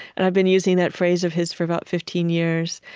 and i've been using that phrase of his for about fifteen years.